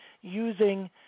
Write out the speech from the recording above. using